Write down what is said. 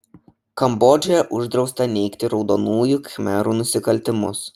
kambodžoje uždrausta neigti raudonųjų khmerų nusikaltimus